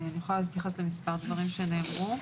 אני יכולה להתייחס למספר דברים שנאמרו.